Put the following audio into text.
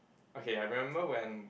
okay I remember when